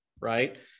right